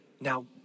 Now